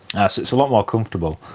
so it's a lot more comfortable,